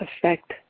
affect